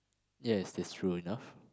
yes that's true enough